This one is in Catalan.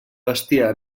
bestiar